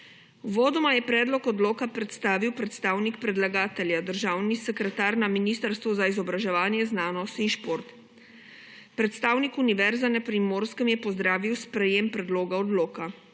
Uvodoma je predlog odloka predstavil predstavnik predlagatelja državni sekretar na Ministrstvu za izobraževanje, znanost in šport. Predstavnik Univerze na Primorskem je pozdravil sprejetje predloga odloka.